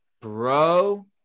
bro